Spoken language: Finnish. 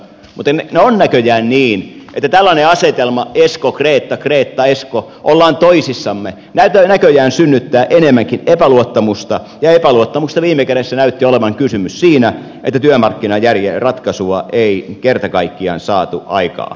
mutta on näköjään niin että tällainen asetelma eskokreeta kreetaesko ollaan toisissamme synnyttää enemmänkin epäluottamusta ja epäluottamuksesta viime kädessä näytti olevan kysymys siinä että työmarkkinaratkaisua ei kerta kaikkiaan saatu aikaan